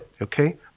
okay